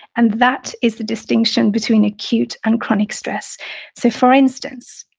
and that is the distinction between acute and chronic stress so for instance,